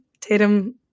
Tatum